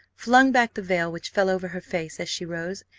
flung back the veil which fell over her face as she rose,